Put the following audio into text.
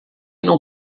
não